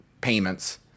payments